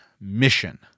mission